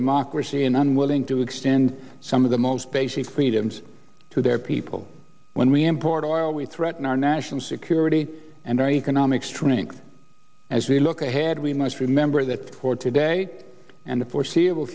democracy in unwilling to extend some of the most basic freedoms to their people when we import oil we threaten our national security and our economic strength as we look ahead we must remember that for today and the foreseeable